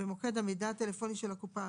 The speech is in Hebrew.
במוקד המידע הטלפוני של הקופה,